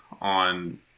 on